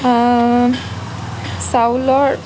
চাউলৰ